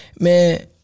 man